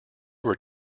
were